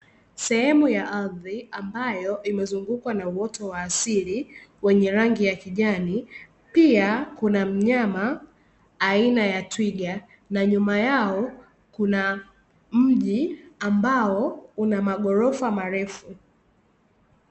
Sehemu ya ardhi ambayo imezungukwa na uoto wa asili wenye rangi ya kijani, pia kuna mnyama aina ya twiga na nyuma yao kuna mji ambao una maghorofa marefu.